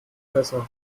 besser